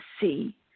see